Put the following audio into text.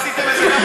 עשיתם מדינה,